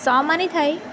સોમાં નહીં થાય